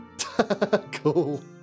Cool